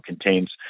contains